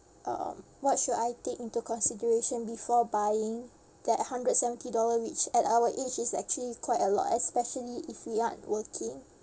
um what should I take into consideration before buying that hundred seventy dollar which at our age is actually quite a lot especially if we aren't working